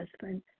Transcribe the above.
husband